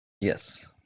Yes